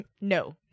No